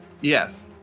Yes